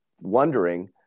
wondering